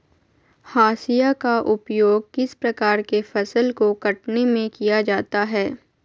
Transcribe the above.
हाशिया का उपयोग किस प्रकार के फसल को कटने में किया जाता है?